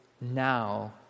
now